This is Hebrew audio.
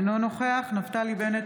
אינו נוכח נפתלי בנט,